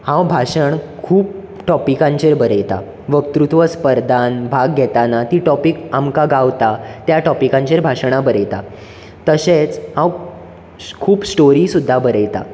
हांव भाशण खूब टोपिकांचेर बरयतां वकतृत्व स्पर्धान भाग घेताना ती टॉपीक आमकां गावता त्या टोपिकांचेर भाशणां बरयता तशेंच हांव खूब स्टोरी सुद्दां बरयतां